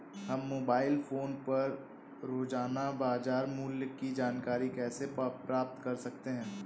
हम mobile phone पर रोजाना बाजार मूल्य की जानकारी कैसे प्राप्त कर सकते हैं?